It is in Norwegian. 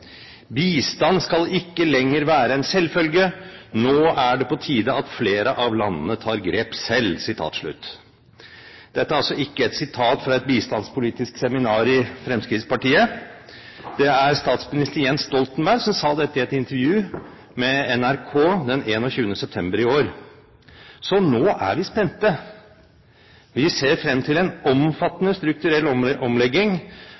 Bistand skal ikke lenger være en selvfølge, og nå er det på tide at flere av landene tar grep selv. Dette er altså ikke et sitat fra et bistandspolitisk seminar i Fremskrittspartiet. Det er statsminister Jens Stoltenberg som sa dette i et intervju med NRK 21. september i år. Så nå er vi spente. Vi ser frem til en omfattende strukturell omlegging